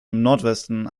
nordwesten